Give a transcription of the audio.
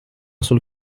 sul